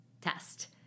test